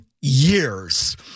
years